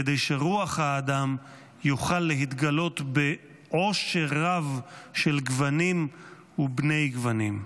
כדי שרוח האדם יוכל להתגלות בעושר רב של גוונים ובני גוונים.